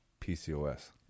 PCOS